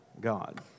God